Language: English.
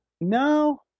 No